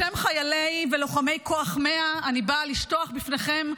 בשם חיילי ולוחמי כוח 100 אני באה לשטוח בפניכם,